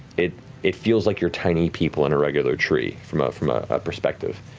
it it feels like you're tiny people in a regular tree from ah from ah a perspective.